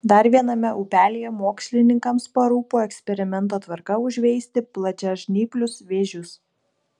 dar viename upelyje mokslininkams parūpo eksperimento tvarka užveisti plačiažnyplius vėžius